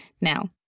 Now